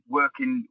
working